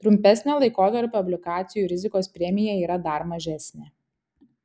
trumpesnio laikotarpio obligacijų rizikos premija yra dar mažesnė